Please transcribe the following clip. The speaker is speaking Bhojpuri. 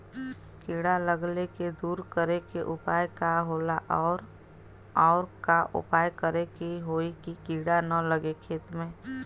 कीड़ा लगले के दूर करे के उपाय का होला और और का उपाय करें कि होयी की कीड़ा न लगे खेत मे?